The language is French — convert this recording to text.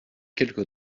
quelque